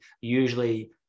usually